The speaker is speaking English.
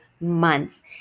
months